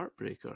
Heartbreaker